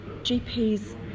GPs